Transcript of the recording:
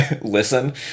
Listen